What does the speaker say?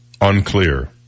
unclear